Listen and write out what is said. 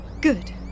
Good